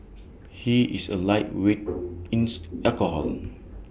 he is A lightweight in alcohol